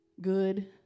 good